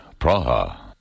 Praha